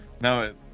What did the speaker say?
No